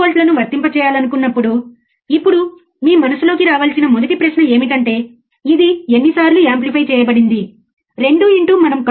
కాబట్టి మళ్ళీ మీరు ఇక్కడ చూసినట్లయితే మేము నిరంతరం ఆపరేషనల్ యాంప్లిఫైయర్కు ప్లస్ 15 మైనస్ 15 ను వర్తింపజేస్తున్నాము